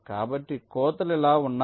కాబట్టి కోతలు ఇలా ఉన్నాయి